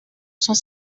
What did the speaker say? cent